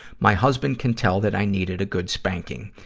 my husband can tell that i needed a good spanking.